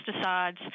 pesticides